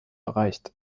erreicht